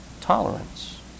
tolerance